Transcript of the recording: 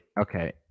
okay